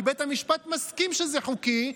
כי בית המשפט מסכים שזה חוקי,